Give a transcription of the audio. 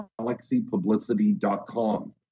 galaxypublicity.com